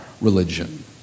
religion